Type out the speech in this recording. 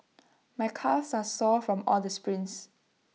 my calves are sore from all the sprints